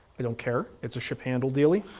i don't care, it's a ship handle dealy.